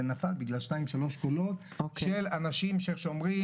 זה נפל בגלל שתיים או שלוש קולות של אנשים ששומרים